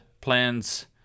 plans